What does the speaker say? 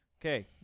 okay